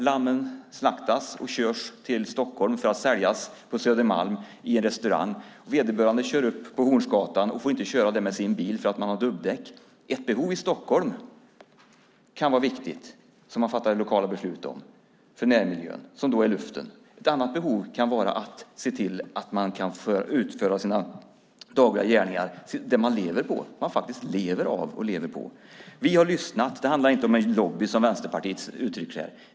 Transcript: Lammen slaktas och körs till Stockholm för att säljas på en restaurang på Södermalm. Fårbonden kör upp på Hornsgatan men får inte köra där med sin bil för att den har dubbdäck. Ett behov i Stockholm kan vara viktigt - i detta fall luften i närmiljön - och man fattar lokala beslut om det. Ett annat behov kan vara att se till att man kan utföra sina dagliga gärningar - det man lever av. Vi har lyssnat. Det handlar inte om en lobby, som Vänsterpartiet uttrycker det.